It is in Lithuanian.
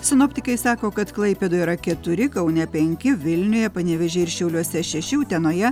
sinoptikai sako kad klaipėdoje yra keturi kaune penki vilniuje panevėžyje ir šiauliuose šeši utenoje